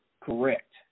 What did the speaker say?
correct